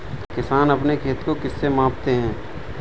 किसान अपने खेत को किससे मापते हैं?